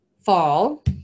fall